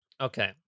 Okay